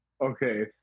okay